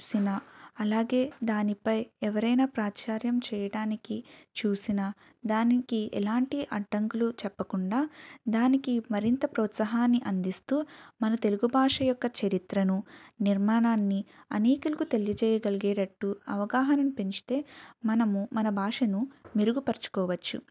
చేసిన అలాగే దానిపై ఎవరైనా ప్రాచుర్యం చేయటానికి చూసిన దానికి ఎలాంటి అడ్డంకులు చెప్పకుండా దానికి మరింత ప్రోత్సాహాన్ని అందిస్తూ మన తెలుగు భాష యొక్క చరిత్రను నిర్మాణాన్ని అనేకులకు తెలియజేయగలిగేటట్టు అవగాహన పెంచితే మనము మన భాషను మెరుగుపరుచుకోవచ్చు